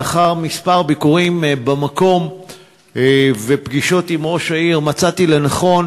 לאחר כמה ביקורים במקום ופגישות עם ראש העיר מצאתי לנכון